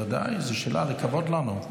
בוודאי, איזו שאלה, לכבוד לנו.